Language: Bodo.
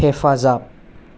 हेफाजाब